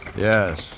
Yes